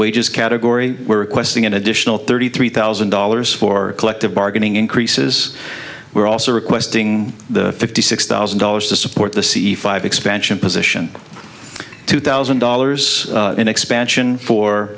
wages category were requesting an additional thirty three thousand dollars for collective bargaining increases we're also requesting the fifty six thousand dollars to support the c e five expansion position two thousand dollars in expansion for